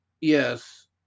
Yes